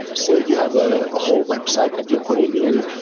say, you have a whole website that you're putting in.